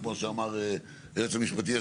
כמו שאמר היועץ המשפטי.